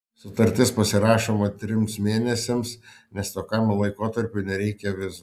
sutartis pasirašoma trims mėnesiams nes tokiam laikotarpiui nereikia vizų